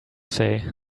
say